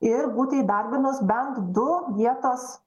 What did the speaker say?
ir būti įdarbinus bent du vietos